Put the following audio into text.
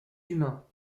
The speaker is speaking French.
humain